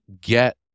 get